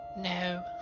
No